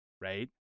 Right